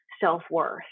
self-worth